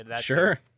sure